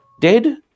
dead